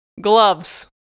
Gloves